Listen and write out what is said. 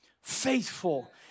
faithful